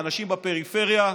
האנשים בפריפריה,